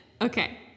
okay